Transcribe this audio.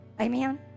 Amen